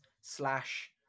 slash